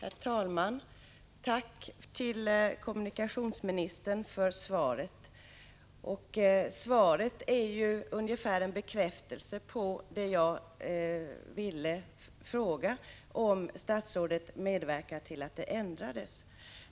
Herr talman! Tack, kommunikationsministern, för svaret. Svaret är ju ungefär en bekräftelse på vad jag framhöll när jag undrade om kommunikationsministern ville medverka till en ändring.